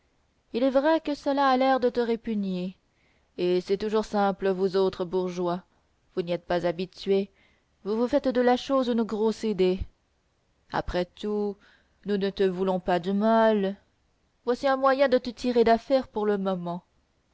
il est vrai que cela a l'air de te répugner et c'est tout simple vous autres bourgeois vous n'y êtes pas habitués vous vous faites de la chose une grosse idée après tout nous ne te voulons pas de mal voici un moyen de te tirer d'affaire pour le moment